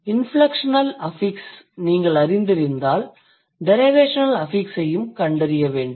inflectional affix நீங்கள் அறிந்திருந்தால் derivational affix ஐயும் கண்டறிய வேண்டும்